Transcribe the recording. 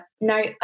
no